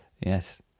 yes